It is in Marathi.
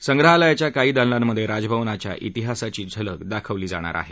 संग्रहालयाच्या काही दालनांमध्ये राजभवनच्या इतिहासाची झलक दाखवली जाणार आहे